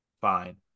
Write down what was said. Fine